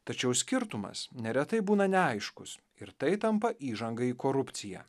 tačiau skirtumas neretai būna neaiškus ir tai tampa įžanga į korupciją